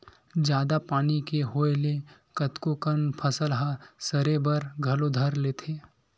जादा पानी के होय ले कतको कन फसल ह सरे बर घलो धर लेथे